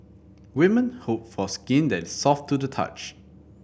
women hope for skin that is soft to the touch